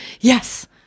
Yes